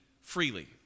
freely